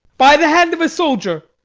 by the hand of a soldier,